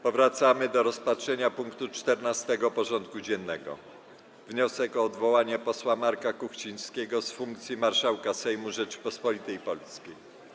Powracamy do rozpatrzenia punktu 14. porządku dziennego: Wniosek o odwołanie posła Marka Kuchcińskiego z funkcji marszałka Sejmu Rzeczypospolitej Polskiej.